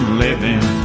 living